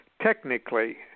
technically